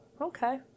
okay